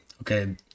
Okay